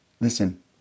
listen